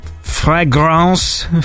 Fragrance